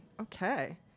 Okay